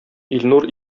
илнур